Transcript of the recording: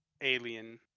alien